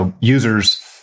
users